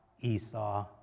esau